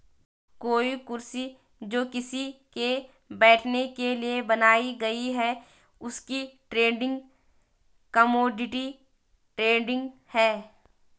कोई कुर्सी जो किसी के बैठने के लिए बनाई गयी है उसकी ट्रेडिंग कमोडिटी ट्रेडिंग है